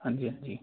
ਹਾਂਜੀ ਹਾਂਜੀ